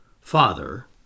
Father